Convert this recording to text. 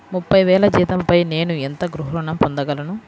ముప్పై వేల జీతంపై నేను ఎంత గృహ ఋణం పొందగలను?